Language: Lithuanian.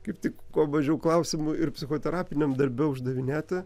kaip tik kuo mažiau klausimų ir psichoterapiniam darbe uždavinėti